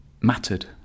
mattered